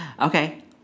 Okay